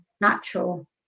natural